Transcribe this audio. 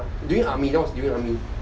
during army that was during army